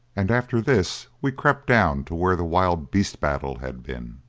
and after this we crept down to where the wild-beast battle had been,